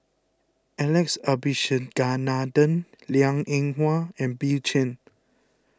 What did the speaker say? Alex Abisheganaden Liang Eng Hwa and Bill Chen